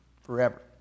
forever